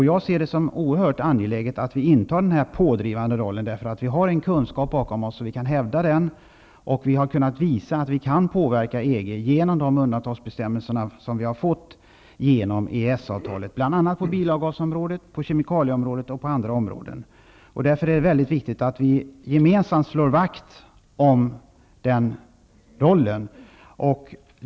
Jag ser det som oerhört angeläget att vi intar denna pådrivande roll, eftersom vi har en kunskap bakom oss och vi kan hävda den, och vi har kunnat visa att vi kan påverka EG genom de undantagsbestämmelser som vi har fått igenom i EES-avtalet, bl.a. på bilavgasområdet, på kemikalieområdet och på andra områden. Därför är det mycket viktigt att vi gemensamt slår vakt om den rollen.